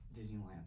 Disneyland